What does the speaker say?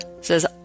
says